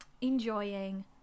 enjoying